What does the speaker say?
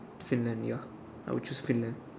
Finland ya I would choose Finland